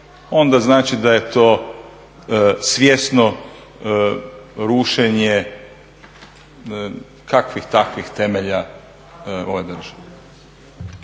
onda znači da je to svjesno rušenje kakvih takvih temelja ove države.